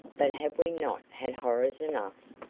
but have we not had horrors enough?